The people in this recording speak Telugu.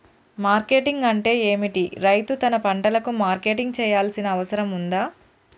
మార్కెటింగ్ అంటే ఏమిటి? రైతు తన పంటలకు మార్కెటింగ్ చేయాల్సిన అవసరం ఉందా?